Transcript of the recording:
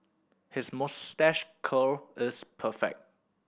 his moustache curl is perfect